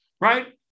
right